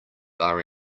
are